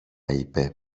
είπε